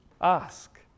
ask